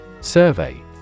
Survey